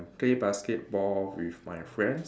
play basketball with my friends